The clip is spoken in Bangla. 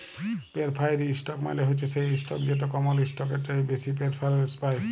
পেরফারেড ইসটক মালে হছে সেই ইসটক যেট কমল ইসটকের চাঁঁয়ে বেশি পেরফারেলস পায়